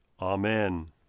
Amen